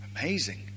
Amazing